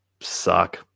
suck